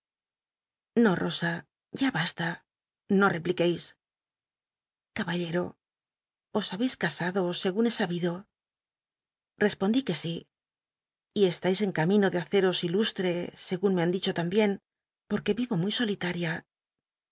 itosa ya basta no repliqueis caballero os habeis casado segun he sabido hcspondi que si y est ais en camino de haceros ilushc segun me han dicho tambien porque vivo muy solitaria